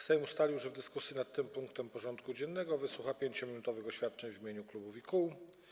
Sejm ustalił, że w dyskusji nad tym punktem porządku dziennego wysłucha 5-minutowych oświadczeń w imieniu klubów i kół.